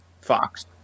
Fox